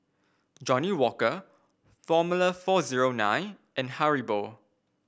Johnnie Walker Formula four zero nine and Haribo